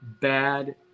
bad